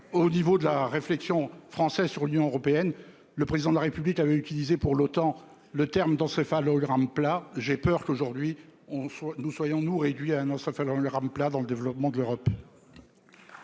au niveau de la réflexion français sur l'Union européenne, le président de la République avait utilisé pour l'OTAN, le terme d'encéphalogramme plat, j'ai peur qu'aujourd'hui on soit nous soyons nous réduit à un ça on les remplace dans le développement de l'Europe.